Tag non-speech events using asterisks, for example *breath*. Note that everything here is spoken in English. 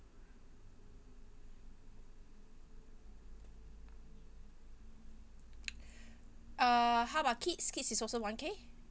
*breath* uh how about kids kids is also one K